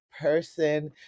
person